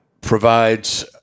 provides